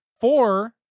four